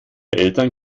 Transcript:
eltern